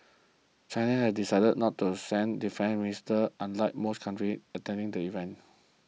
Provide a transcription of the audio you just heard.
China has decided not to send defence minister unlike most countries attending the event